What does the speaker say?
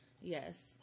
Yes